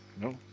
No